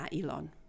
Elon